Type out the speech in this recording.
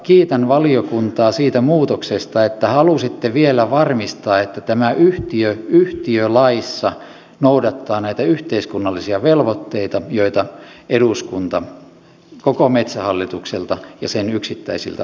kiitän valiokuntaa siitä muutoksesta että halusitte vielä varmistaa että tämä yhtiö yhtiölaissa noudattaa näitä yhteiskunnallisia velvoitteita joita eduskunta koko metsähallitukselta ja sen yksittäisiltä osilta vaatii